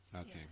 Okay